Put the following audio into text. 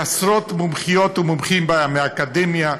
לעשרות מומחיות ומומחים מהאקדמיה,